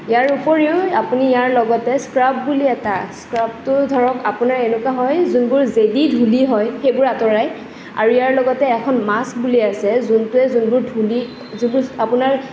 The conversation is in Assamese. ইয়াৰ উপৰিও আপুনি ইয়াৰ লগতে স্কাৰ্ব বুলি এটা আছে স্কাৰ্বটো ধৰক আপোনাৰ এনেকুৱা হয় যোনবোৰ জেদি ধূলি হয় সেইবোৰ আঁতৰাই আৰু ইয়াৰ লগতে এখন মাস্ক বুলি আছে যোনটোৱে ধূলি যোনটো আপোনাৰ